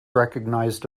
recognized